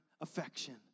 affection